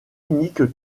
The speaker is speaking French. unique